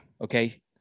Okay